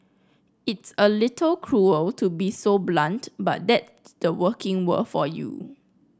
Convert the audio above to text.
it's a little cruel to be so blunt but that the working world for you